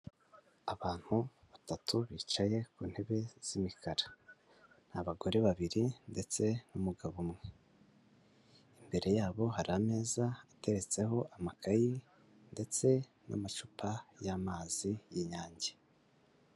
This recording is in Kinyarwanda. Abantu batatu bicaye ku ntebe z'imikara, ni abagore babiri ndetse n'umugabo umwe, imbere yabo hari ameza ateretseho amakayi ndetse n'amacupa y'amazi y'inyange.